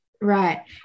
right